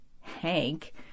Hank